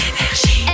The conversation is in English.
Energy